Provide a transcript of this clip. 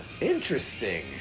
Interesting